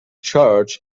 church